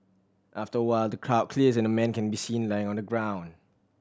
after a while the crowd clears and a man can be seen lying on the ground